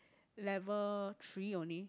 level three only